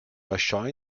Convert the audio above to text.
lasciò